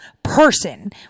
person